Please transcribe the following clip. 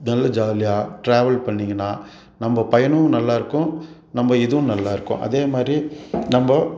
நல்ல ஜாலியாக ட்ராவல் பண்ணிங்கன்னால் நம்ப பயணம் நல்லாயிருக்கும் நம்ம இதுவும் நல்லாயிருக்கும் அதே மாதிரி நம்ப